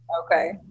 Okay